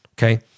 Okay